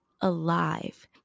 alive